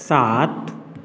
सात